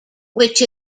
which